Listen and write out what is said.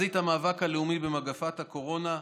לוקחים תפקיד מרכזי בחזית המאבק הלאומי במגפת הקורונה.